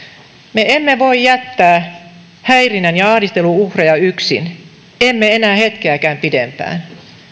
me emme voi jättää häirinnän ja ahdistelun uhreja yksin emme enää hetkeäkään pidempään